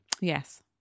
yes